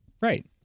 Right